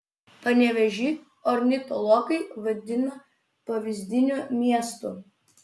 panevėžį ornitologai vadina pavyzdiniu miestu